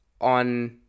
on